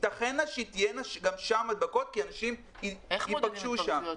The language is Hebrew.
ייתכן שיהיו שם גם הדבקות כי אנשים ייפגשו שם.